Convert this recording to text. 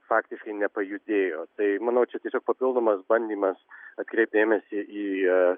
faktiškai nepajudėjo tai manau čia tiesiog papildomas bandymas atkreipt dėmesį į